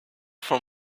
from